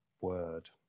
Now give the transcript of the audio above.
word